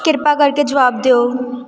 ਕਿਰਪਾ ਕਰਕੇ ਜਵਾਬ ਦਿਓ